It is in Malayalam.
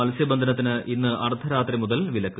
മത്സ്യബന്ധനത്തിന് ഇന്ന് അർധരാത്രി മുതൽ വിലക്ക്